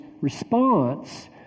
response